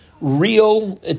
real